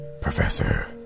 Professor